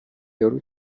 یارو